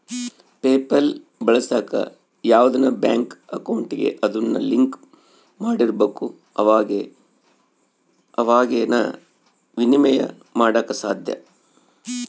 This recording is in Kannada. ಪೇಪಲ್ ಬಳಸಾಕ ಯಾವ್ದನ ಬ್ಯಾಂಕ್ ಅಕೌಂಟಿಗೆ ಅದುನ್ನ ಲಿಂಕ್ ಮಾಡಿರ್ಬಕು ಅವಾಗೆ ಃನ ವಿನಿಮಯ ಮಾಡಾಕ ಸಾದ್ಯ